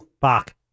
Bach